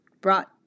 brought